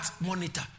monitor